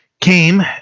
came